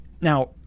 Now